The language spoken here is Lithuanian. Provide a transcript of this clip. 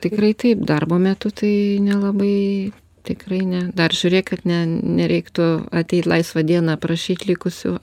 tikrai taip darbo metu tai nelabai tikrai ne dar žiūrėk kad ne nereiktų ateit laisvą dieną aprašyt likusių